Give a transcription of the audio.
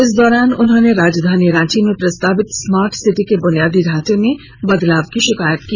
इस दौरान उन्होंने राजधानी रांची में प्रस्तावित स्मार्ट सिटी के बुनियादी ढांचे में बदलाव की शिकायत की